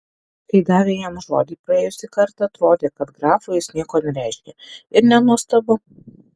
kai davė jam žodį praėjusį kartą atrodė kad grafui jis nieko nereiškia ir nenuostabu